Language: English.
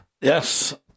yes